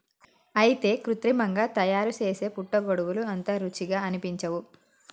అయితే కృత్రిమంగా తయారుసేసే పుట్టగొడుగులు అంత రుచిగా అనిపించవు